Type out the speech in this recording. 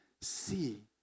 see